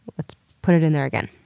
let's put it in there again.